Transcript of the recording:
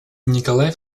николай